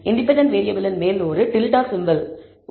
independent வேறியபிளின் மேல் ஒரு டில்ட் சிம்பல் உள்ளது